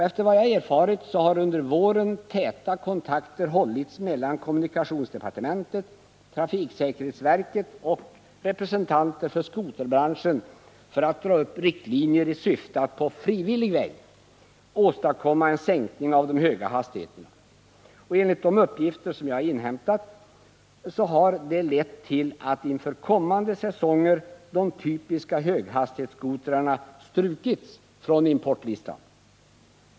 Efter vad jag erfarit har under våren täta kontakter hållits mellan kommunikationsdepartementet, trafiksäkerhetsverket och representanter för skoterbranschen för att dra upp riktlinjer i syfte att på frivillig väg åstadkomma en sänkning av de höga hastigheterna. Enligt de uppgifter jag inhämtat har detta lett till att inför kommande säsonger har de typiska höghastighetsskotrarna strukits från importlistan.